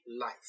life